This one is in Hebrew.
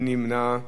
מי נמנע?